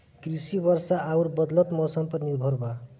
कृषि वर्षा आउर बदलत मौसम पर निर्भर बा